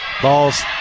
Balls